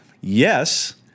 Yes